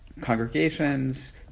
congregations